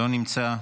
לא נמצא.